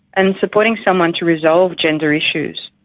and supporting someone to resolve gender issues,